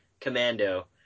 commando